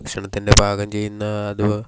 ഭക്ഷണത്തിൻ്റെ പാകം ചെയ്യുന്ന അത്